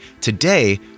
today